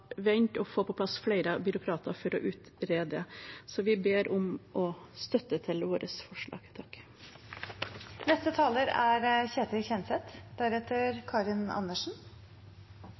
vente og få på plass flere byråkrater for å utrede. Så vi ber om støtte til våre forslag. Jeg tar ordet fra energi- og miljøkomiteen, for dette er